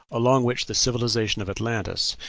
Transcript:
along which the civilization of atlantis,